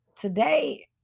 today